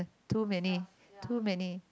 too many too many